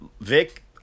Vic